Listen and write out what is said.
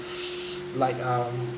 like um